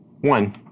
One